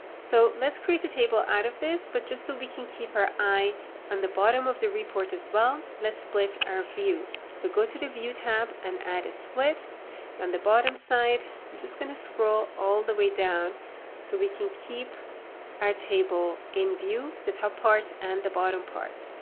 so let's create a table out of this but just so we can keep our eye on the bottom of the report as well, let's split our view. so go to the view tab and add a split on and the bottom side. i'm just going to scroll all the way down so we can keep our table in view the top part and the bottom part.